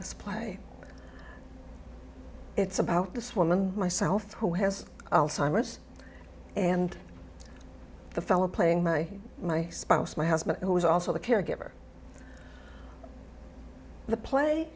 this play it's about this woman myself who has alzheimer's and the fellow playing my my spouse my husband who is also the caregiver